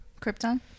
Krypton